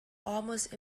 almost